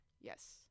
yes